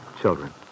children